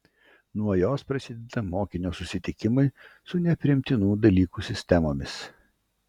nuo jos prasideda mokinio susitikimai su neempirinių dalykų sistemomis